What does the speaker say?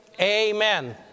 Amen